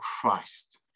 Christ